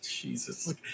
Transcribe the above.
Jesus